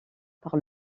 par